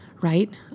right